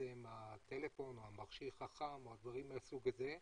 אצלם הטלפון או המכשיר החכם או דברים מהסוג הזה,